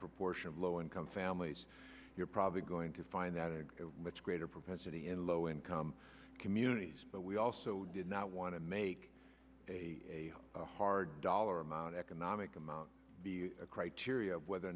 proportion of low income families you're probably going to find that a much greater propensity in low income communities but we also did not want to make a hard dollar amount economic amount criteria of whether or